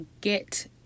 get